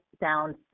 down